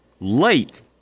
Late